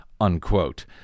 unquote